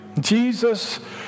Jesus